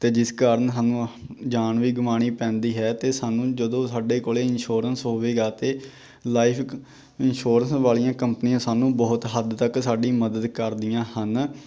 ਅਤੇ ਜਿਸ ਕਾਰਨ ਸਾਨੂੰ ਜਾਨ ਵੀ ਗਵਾਉਣੀ ਪੈਂਦੀ ਹੈ ਅਤੇ ਸਾਨੂੰ ਜਦੋਂ ਸਾਡੇ ਕੋਲ ਇੰਸ਼ੋਰੈਂਸ ਹੋਵੇਗਾ ਅਤੇ ਲਾਈਫ਼ ਇਕ ਇਨਸ਼ੋਰੈਂਸ ਵਾਲੀਆਂ ਕੰਪਨੀਆਂ ਸਾਨੂੰ ਬਹੁਤ ਹੱਦ ਤੱਕ ਸਾਡੀ ਮਦਦ ਕਰਦੀਆਂ ਹਨ